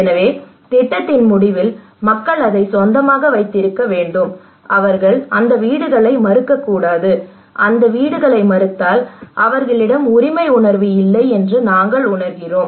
எனவே திட்டத்தின் முடிவில் மக்கள் அதை சொந்தமாக வைத்திருக்க வேண்டும் அவர்கள் அந்த வீடுகளை மறுக்கக்கூடாது அவர்கள் அந்த வீடுகளை மறுத்தால் அவர்களிடம் உரிமை உணர்வு இல்லை என்று நாங்கள் உணர்கிறோம்